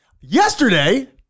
Yesterday